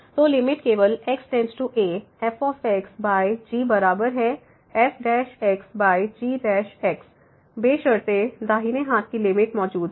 तो लिमिट केवल x→a fg बराबर है fg बशर्ते दाहिने हाथ की लिमिट मौजूद हो